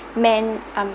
man um